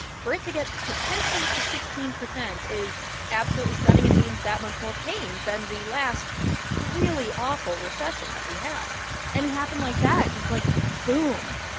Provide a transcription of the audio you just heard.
for it to get potentially up to sixteen percent is absolutely stunning. it and means that much more pain than the last really awful recession that we had and it happened like that just, like, boom.